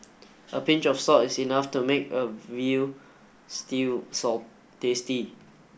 a pinch of salt is enough to make a veal stew tasty